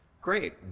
great